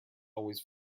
always